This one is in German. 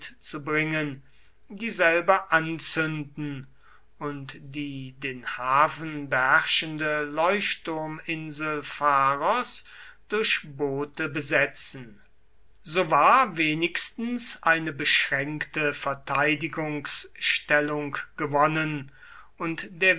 zu bringen dieselbe anzünden und die den hafen beherrschende leuchtturminsel pharos durch boote besetzen so war wenigstens eine beschränkte verteidigungsstellung gewonnen und der